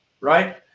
right